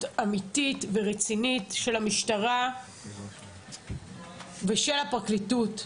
אמיתית ורצינית של המשטרה ושל הפרקליטות.